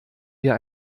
wir